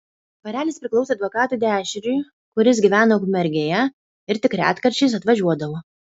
dvarelis priklausė advokatui dešriui kuris gyveno ukmergėje ir tik retkarčiais atvažiuodavo